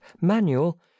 manual